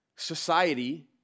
society